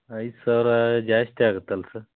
ಐದು ಸಾವಿರ ಜಾಸ್ತಿ ಆಗುತ್ತಲ್ಲ ಸರ್